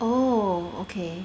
oh okay